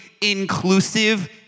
inclusive